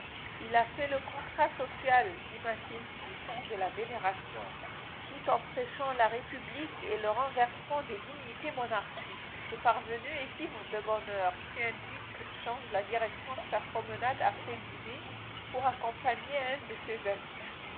il a fait le contrat social dit mathilde du ton de la vénération tout en prêchant la république et le renversement des dignités monarchiques ce parvenu est ivre de bonheur si un duc change la direction de sa promenade après dîner pour accompagner un de ses amis